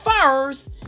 first